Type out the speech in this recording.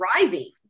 driving